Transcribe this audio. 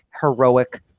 heroic